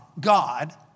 God